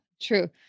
true